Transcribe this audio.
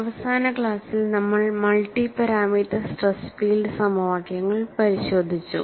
അവസാന ക്ലാസ്സിൽ നമ്മൾ മൾട്ടി പാരാമീറ്റർ സ്ട്രെസ് ഫീൽഡ് സമവാക്യങ്ങൾ പരിശോധിച്ചു